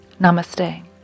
Namaste